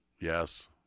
yes